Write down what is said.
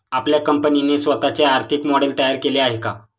आपल्या कंपनीने स्वतःचे आर्थिक मॉडेल तयार केले आहे का?